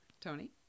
Tony